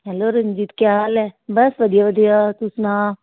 hello Ranjit ਕਿਆ ਹਾਲ ਹੈ ਬਸ ਵਧੀਆ ਵਧੀਆ ਤੂੰ ਸੁਣਾ